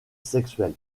sexuel